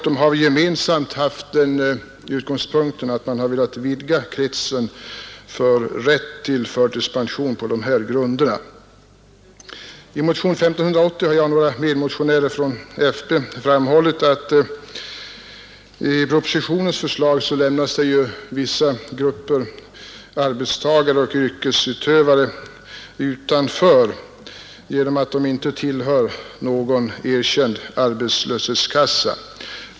De har gemensamt haft utgångspunkten att man bör vidga rätten till förtidspension på dessa grunder. I motionen 1580 har jag och några medmotionärer från folkpartiet framhållit att vissa grupper arbetstagare och yrkesutövare enligt propositionens förslag lämnas utanför, därför att de inte tillhör någon erkänd arbetslöshetskassa.